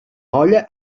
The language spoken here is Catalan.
olla